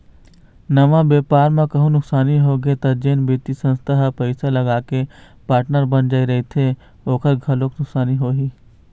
नवा बेपार म कहूँ नुकसानी होगे त जेन बित्तीय संस्था ह पइसा लगाके पार्टनर बन जाय रहिथे ओखर घलोक नुकसानी होही